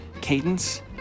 cadence